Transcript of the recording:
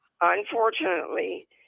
Unfortunately